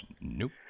Nope